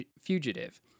fugitive